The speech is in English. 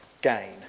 gain